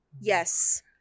Yes